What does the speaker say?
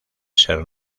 ser